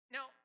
Now